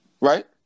right